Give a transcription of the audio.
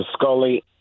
Scully